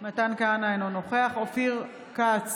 מתן כהנא, אינו נוכח אופיר כץ,